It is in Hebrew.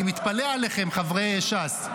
אני מתפלא עליכם, חברי ש"ס.